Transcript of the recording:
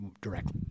directly